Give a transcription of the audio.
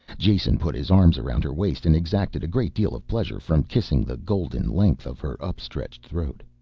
jason put his arms around her waist and exacted a great deal of pleasure from kissing the golden length of her up-stretched throat.